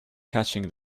catching